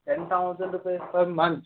ten thousand रुपए per month